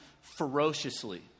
ferociously